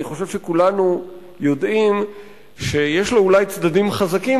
אני חושב שכולנו יודעים שיש לו אולי צדדים חזקים,